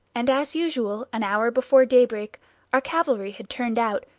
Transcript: and as usual, an hour before daybreak our cavalry had turned out,